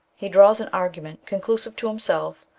he draws an argument, con clusive to himself,